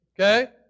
Okay